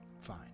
fine